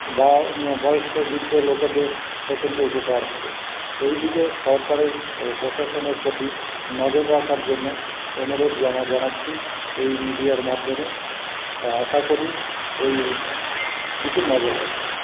বয়স্ক বৃদ্ধ লোকেদের প্রচণ্ড উপকার হবে এইদিকে সরকারের ও প্রশাসনের প্রতি নজর রাখার জন্য অনুরোধ জানাচ্ছি এই মিডিয়ার মাধ্যমে তা আশা করি এই দিকে নজর রাখবে